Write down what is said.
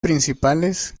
principales